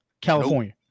California